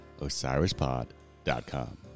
OsirisPod.com